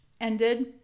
ended